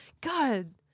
God